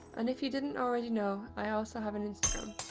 and if you didn't already know, i also have an instagram.